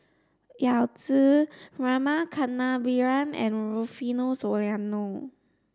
Yao Zi Rama Kannabiran and Rufino Soliano